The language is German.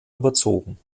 überzogen